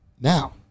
Now